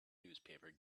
newspaper